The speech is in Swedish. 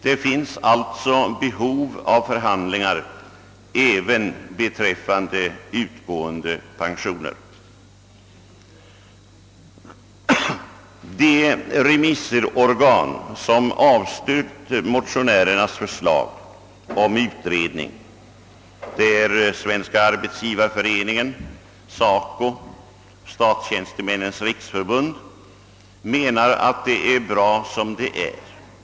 Det finns alltså behov av förhandlingar. att det är bra som det är.